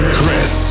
Chris